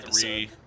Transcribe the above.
three